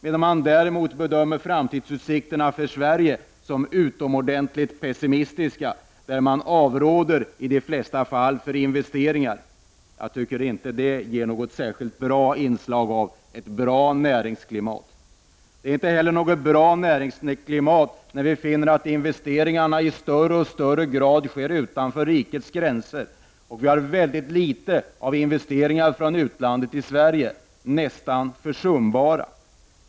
Framtidsutsikterna för Sverige bedömer man däremot som utomordentligt pessimistiska, och man avråder i de flesta fall från investeringar i Sverige. Jag tycker inte att det ger något intryck av ett bra näringsklimat. Inte heller tyder det på något bra näringsklimat att investeringarna i högre och högre grad sker utanför rikets gränser och att det görs väldigt litet investeringar från utlandet i Sverige — de är nästan försumbara.